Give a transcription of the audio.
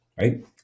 right